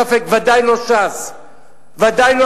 כמה עשרות ומאות דונמים כל בדואי יושב.